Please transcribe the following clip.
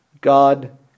God